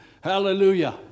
Hallelujah